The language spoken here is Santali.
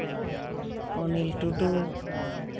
ᱚᱱᱤᱞ ᱴᱩᱰᱩ